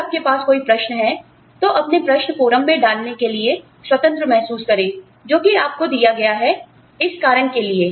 अगर आपके पास कोई प्रश्न है तो अपने प्रश्न फोरम में डालने के लिए स्वतंत्र महसूस करें जोकि आप को दिया गया है इस कारण के लिए